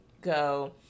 go